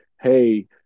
hey